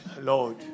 Lord